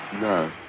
No